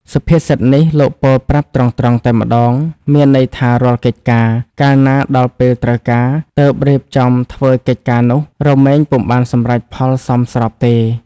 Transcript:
សុភាសិននេះលោកពោលប្រាប់ត្រង់ៗតែម្ដងមានន័យថារាល់កិច្ចការ កាលណាដល់ពេលត្រូវការ ទើបរៀបចំធ្វើកិច្ចការនោះ រមែងពុំបានសម្រេចផលសមស្របទេ ។